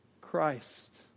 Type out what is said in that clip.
Christ